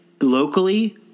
locally